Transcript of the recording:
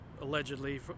allegedly